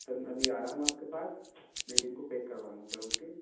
तो सर मैं अभी आ रहा हूँ आपके पास मैं इनको पैक करवा लूँगा सर ओके